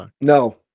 No